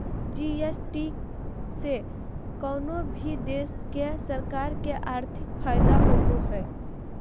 GST से कउनो भी देश के सरकार के आर्थिक फायदा होबो हय